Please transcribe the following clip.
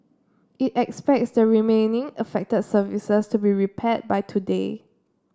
it expects the remaining affected services to be repaired by today